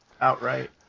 outright